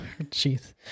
jeez